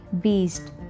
Beast